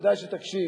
כדאי שתקשיב: